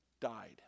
died